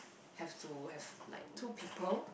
have to have like two people